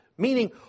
meaning